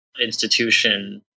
institution